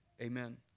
Amen